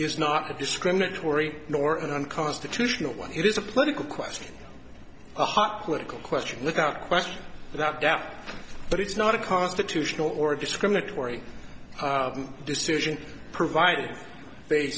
is not a discriminatory nor an unconstitutional one it is a political question a hot political question without question without doubt but it's not a constitutional or discriminatory decision provided they